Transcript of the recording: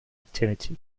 activity